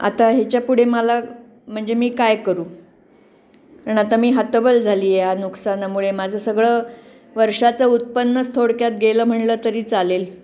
आता याच्यापुढे मला म्हणजे मी काय करू कारण आता मी हतबल झाले आहे या नुकसानामुळे माझं सगळं वर्षाचं उत्पन्नच थोडक्यात गेलं म्हणलं तरी चालेल